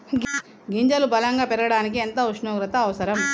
గింజలు బలం గా పెరగడానికి ఎంత ఉష్ణోగ్రత అవసరం?